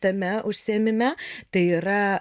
tame užsiėmime tai yra